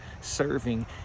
serving